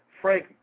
Frank